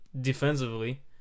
defensively